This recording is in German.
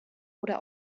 oder